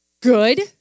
good